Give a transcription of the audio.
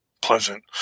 pleasant